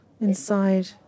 inside